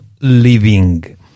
Living